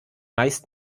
meist